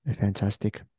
Fantastic